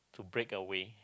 to break away